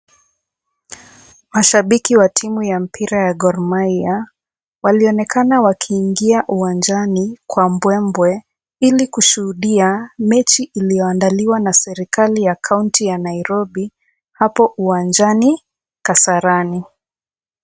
Mashabiki wa timu ya mpira ya Gor Mahia, walionekana wakiingia uwanjani kwa mbwe mbwe, ili kushuhudia mechi iliyo andaliwa na serikali ya kaunti ya Nairobi hapo uwanjani Kasarani.